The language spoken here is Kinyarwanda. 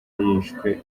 yishwe